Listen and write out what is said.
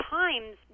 times